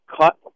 cut